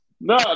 No